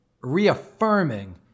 reaffirming